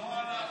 אה,